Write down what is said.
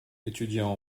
étudiant